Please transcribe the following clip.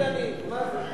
תמיד אני, מה זה.